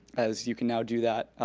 as you can now do that,